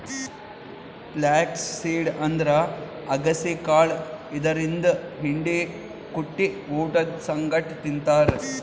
flax seed ಅಂದ್ರ ಅಗಸಿ ಕಾಳ್ ಇದರಿಂದ್ ಹಿಂಡಿ ಕುಟ್ಟಿ ಊಟದ್ ಸಂಗಟ್ ತಿಂತಾರ್